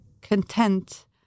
content